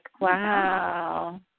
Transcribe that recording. Wow